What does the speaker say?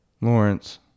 Lawrence